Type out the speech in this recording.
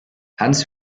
hans